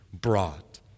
brought